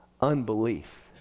unbelief